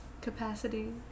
capacity